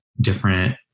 different